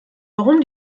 warum